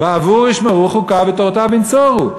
"בעבור ישמרו חֻקיו ותורֹתיו ינצרו".